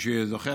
שלמי שזוכר,